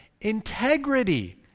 integrity